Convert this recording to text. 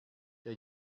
der